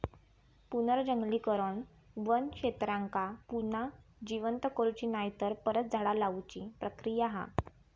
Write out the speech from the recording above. पुनर्जंगलीकरण वन क्षेत्रांका पुन्हा जिवंत करुची नायतर परत झाडा लाऊची प्रक्रिया हा